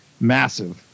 massive